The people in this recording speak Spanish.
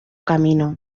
camino